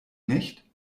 nicht